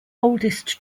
oldest